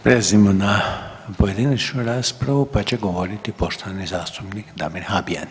Prelazimo na pojedinačnu raspravu, pa će govoriti poštovani zastupnik Damir Habijan.